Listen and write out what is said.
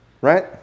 right